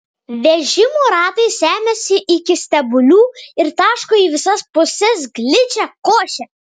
vežimų ratai semiasi iki stebulių ir taško į visas puses gličią košę